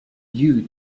you